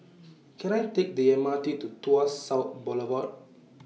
Can I Take The M R T to Tuas South Boulevard